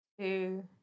two